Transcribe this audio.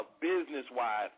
business-wise